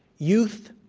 youth,